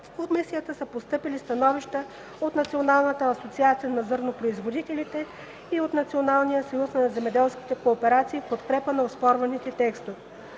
в комисията са постъпили становища от Националната асоциация на зърнопроизводителите и от Националния съюз на земеделските кооперации в подкрепа на оспорените текстове.